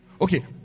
okay